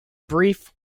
brief